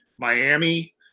Miami